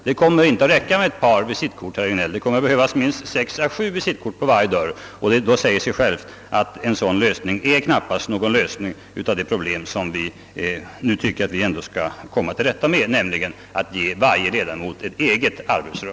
Det kommer inte att räcka med ett par visitkort, herr Regnéll, det kommer att behövas minst sex—sju stycken på varje dörr. En sådan lösning är knappast någon lösning av det problem som vi bör komma till rätta med, nämligen att ge varje ledamot ett eget rum.